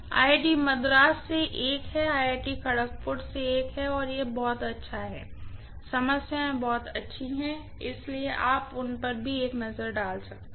IIT Madras से एक है आईआईटी खड़गपुर से भी एक है और यह बहुत अच्छा है समस्याएं बहुत अच्छी हैं इसलिए आप उन पर भी एक नज़र डाल सकते हैं